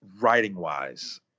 writing-wise